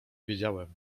wiedziałem